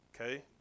okay